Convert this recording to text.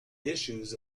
issues